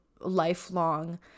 lifelong